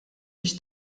biex